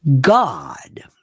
god